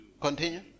Continue